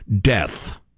death